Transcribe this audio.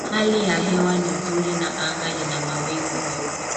Hali ya hewa ni nzuri na anga lina mawingu meupe.